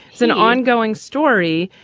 it's an ongoing story,